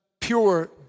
pure